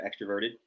extroverted